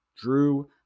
drew